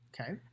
Okay